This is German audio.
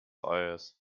eures